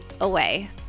away